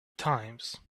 times